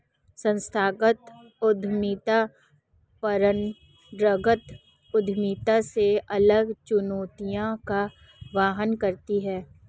संस्थागत उद्यमिता परंपरागत उद्यमिता से अलग चुनौतियों का वहन करती है